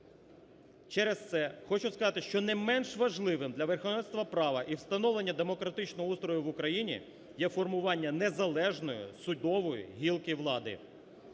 Через це хочу сказати, що не менш важливим для верховенства права і встановлення демократичного устрою в Україні є формування незалежної судової гілки влади.